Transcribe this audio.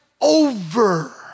over